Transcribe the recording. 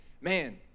man